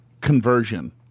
conversion